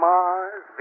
Mars